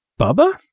Bubba